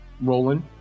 Roland